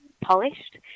polished